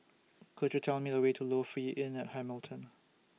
Could YOU Tell Me The Way to Lofi Inn At Hamilton